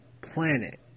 planet